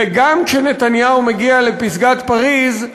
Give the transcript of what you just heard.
וגם כשנתניהו מגיע לפסגת פריז,